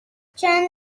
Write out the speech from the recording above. چندلر